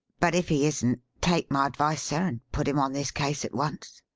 but if he isn't, take my advice, sir, and put him on this case at once.